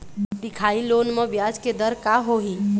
दिखाही लोन म ब्याज के दर का होही?